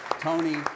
Tony